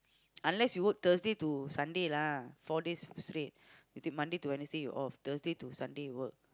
unless you work Thursday to Sunday lah four days straight you take Monday to Wednesday you off Thursday to Sunday you work